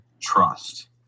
trust